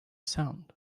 sound